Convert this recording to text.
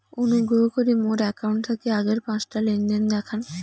অনুগ্রহ করি মোর অ্যাকাউন্ট থাকি আগের পাঁচটা লেনদেন দেখান